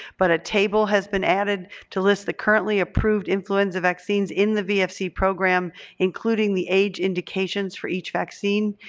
but a table has been added to list the currently approved influenza vaccines in the vfc program including the age indications for each vaccine.